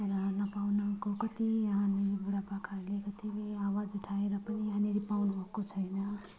हेर नपाउनुको कति यहाँ नि बुढापाकाहरूले आवाज उठाएर पनि यहाँनिर पाउनुभएको छैन